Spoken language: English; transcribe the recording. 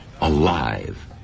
alive